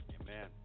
Amen